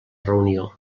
reunió